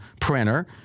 printer